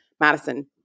Madison